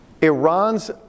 Iran's